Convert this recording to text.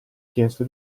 chiesto